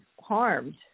harmed